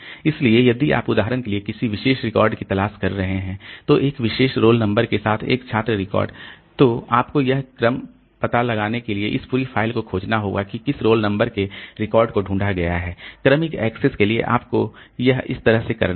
इसलिए यदि आप उदाहरण के लिए किसी विशेष रिकॉर्ड की तलाश कर रहे हैं तो एक विशेष रोल नंबर के साथ एक छात्र रिकॉर्ड तो आपको यह पता लगाने के लिए इस पूरी फ़ाइल को खोजना होगा कि किस रोल नंबर के रिकॉर्ड को ढूंढा गया है क्रमिक एक्सेस के लिए आपको यह इस तरह से करना है